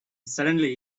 suddenly